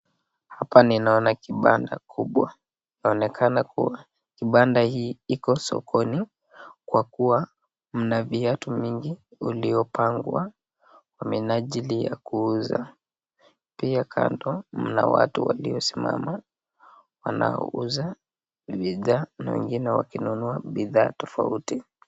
Hapa ninaona kibanda kubwa, inaonekana kuwa kibanda hii iko sokoni, kwa kuwa mna viatu nyingi uliopangwa kwa minajili ya kuuza, pia kando mna watu waliosimama wanaouza bidhaa na wengine wakinunua bidhaa tofauti.